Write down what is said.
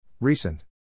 Recent